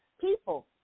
people